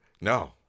no